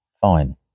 fine